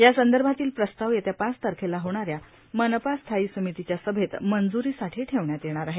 यासंदर्भातील प्रस्ताव येत्या पाच तारखेला होणाऱ्या मनपा स्थायी समितीच्या सभैत मंजुरीसाठी ठेवण्यात येणार आहे